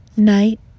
Night